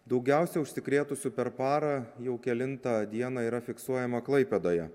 daugiausia užsikrėtusių per parą jau kelintą dieną yra fiksuojama klaipėdoje